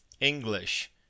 English